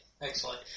Excellent